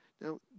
Now